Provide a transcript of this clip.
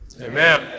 Amen